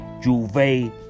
Juve